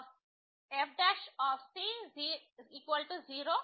కాబట్టి ఇది అలా సూచిస్తుంది fcఇది ఏమిటి